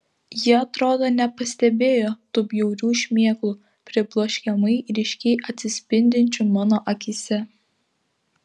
ji atrodo nepastebėjo tų bjaurių šmėklų pribloškiamai ryškiai atsispindinčių mano akyse